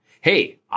Hey